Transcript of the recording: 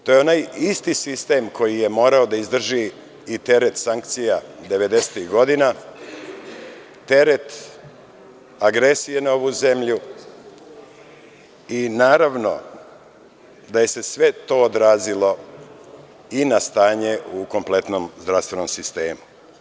To je onaj isti sistem koji je morao da izdrži i teret sankcija 90-ih godina, teret agresije na ovu zemlju i, naravno, da se sve to odrazilo i na stanje u kompletnom zdravstvenom sistemu.